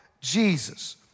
Jesus